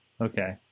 Okay